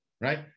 right